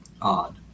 odd